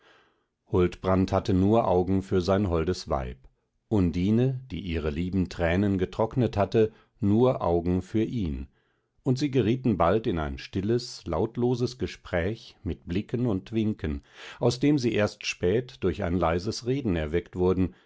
huldbrand hatte nur augen für sein holdes weib undine die ihre lieben tränen getrocknet hatte nur augen für ihn und sie gerieten bald in ein stilles lautloses gespräch mit blicken und winken aus dem sie erst spät durch ein leises reden erweckt wurden